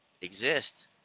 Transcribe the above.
exist